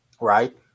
Right